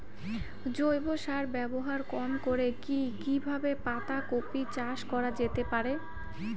জৈব সার ব্যবহার কম করে কি কিভাবে পাতা কপি চাষ করা যেতে পারে?